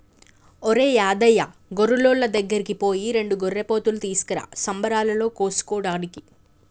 ఒరేయ్ యాదయ్య గొర్రులోళ్ళ దగ్గరికి పోయి రెండు గొర్రెపోతులు తీసుకురా సంబరాలలో కోసుకోటానికి